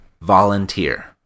Volunteer